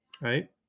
Right